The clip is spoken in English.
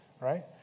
right